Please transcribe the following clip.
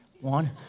One